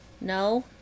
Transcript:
No